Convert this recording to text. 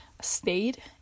stayed